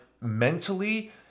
mentally